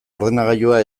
ordenagailua